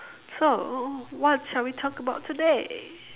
so what shall we talk about today